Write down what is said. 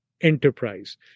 enterprise